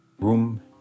room